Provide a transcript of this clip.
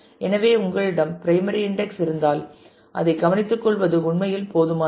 எனவே உங்களிடம் primary index இருந்தால் அதை கவனித்துக்கொள்வது உண்மையில் போதுமானது